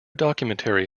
documentary